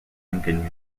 lincoln